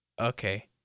okay